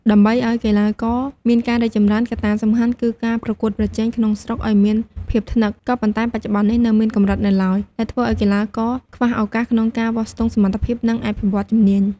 ដើម្បីឱ្យកីឡាករមានការរីកចម្រើន កត្តាសំខាន់គឺការប្រកួតប្រជែងក្នុងស្រុកឲ្យមានភាពថ្នឹក ក៏ប៉ុន្តែបច្ចុប្បន្ននេះនៅមានកម្រិតនៅឡើយ ដែលធ្វើឱ្យកីឡាករខ្វះឱកាសក្នុងការវាស់ស្ទង់សមត្ថភាព និងអភិវឌ្ឍជំនាញ។